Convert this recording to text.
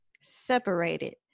Separated